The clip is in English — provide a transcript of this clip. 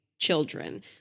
Children